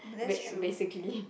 ba~ basically